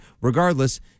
regardless